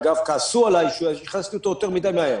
אגב כעסו עליי שהכנסתי אותו יותר מדי מהר,